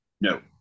No